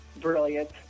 brilliant